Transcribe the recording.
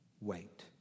wait